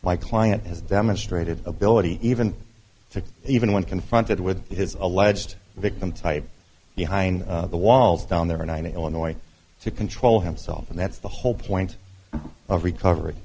my client has demonstrated ability even to even when confronted with his alleged victim tied behind the walls down there are ninety illinois to control himself and that's the whole point of recovery